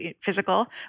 physical